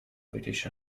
british